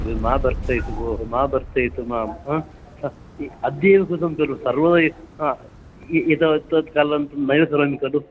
यद् मां भर्त्सयति भोः मां भर्त्सयति मां हा अ अद्य एव कृतं खलु सर्वे वै हा ए एतावत् तत् कालं नैव करोमि खलु